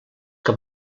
que